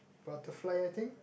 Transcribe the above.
butterfly I think